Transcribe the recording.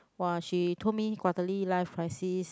!wah! she told me quarterly life crisis